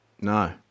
No